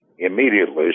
immediately